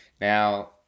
now